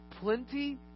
plenty